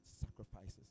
sacrifices